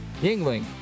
Yingling